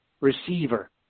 receiver